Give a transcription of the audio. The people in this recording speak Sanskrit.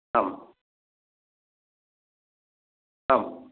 आम् आम्